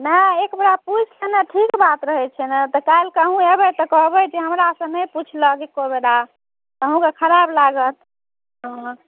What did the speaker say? नहि एकबेरा पूछि लेनाइ तऽ ठीक बात रहै छै ने तऽ काल्हि अहुँ एबै तऽ कहबै जे हमरासॅं नहि पूछलक एकोबेरा अहूँकेॅं ख़राब लागत